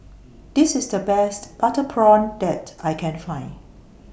This IS The Best Butter Prawn that I Can Find